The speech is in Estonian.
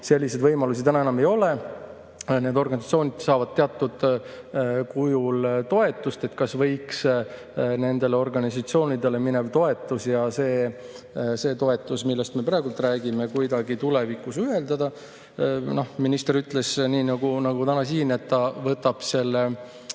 selliseid võimalusi enam ei ole, need organisatsioonid saavad teatud kujul toetust. Kas võiks nendele organisatsioonidele mineva toetuse ja selle toetuse, millest me praegu räägime, kuidagi tulevikus ühendada? Minister ütles nii nagu täna siin, et ta võtab selle